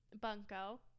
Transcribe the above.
Bunko